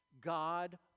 God